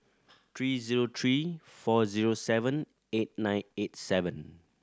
three zero three four zero seven eight nine eight seven